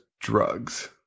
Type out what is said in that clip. drugs